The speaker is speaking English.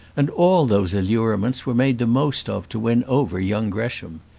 and all those allurements were made the most of to win over young gresham.